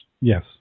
Yes